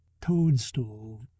toadstool